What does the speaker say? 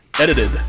Edited